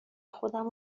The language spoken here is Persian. خودم